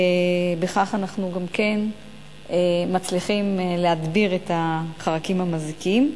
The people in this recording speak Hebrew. ובכך אנחנו גם כן מצליחים להדביר את החרקים המזיקים.